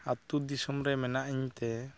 ᱟᱛᱩ ᱫᱤᱥᱚᱢᱨᱮ ᱢᱮᱱᱟᱜ ᱤᱧᱛᱮ